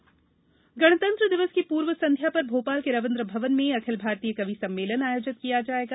कवि सम्मेलन गणतंत्र दिवस के पूर्व संध्या पर भोपाल के रविन्द्र भवन में अखिल भारतीय कवि सम्मेलन आयोजित किया जायेगा